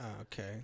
Okay